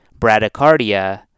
bradycardia